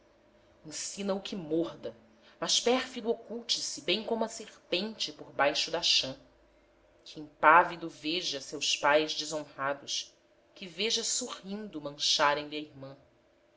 lençol ensina o que morda mas pérfido oculte se bem como a serpente por baixo da chã que impávido veja seus pais desonrados que veja sorrindo mancharem lhe a irmã